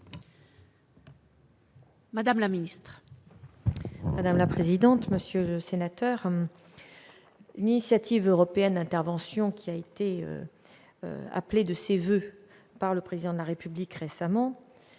Mme la ministre.